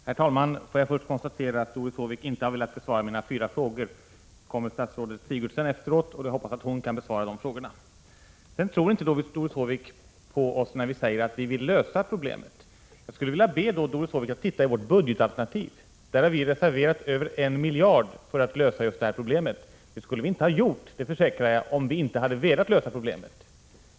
Herr talman! Får jag först konstatera att Doris Håvik inte har velat besvara mina fyra frågor. Nu kommer statsrådet Sigurdsen att tala efteråt, och jag hoppas att hon kan besvara de frågorna. Doris Håvik tror inte på oss när vi säger att vi vill lösa problemet. Jag skulle vilja be Doris Håvik att titta i vårt budgetalternativ. Där har vi reserverat över 1 miljard för att lösa just detta problem. Det skulle vi inte ha gjort om vi inte hade velat lösa problemet — det försäkrar jag.